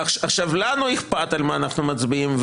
עכשיו, לנו אכפת על מה אנחנו מצביעים.